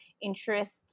interest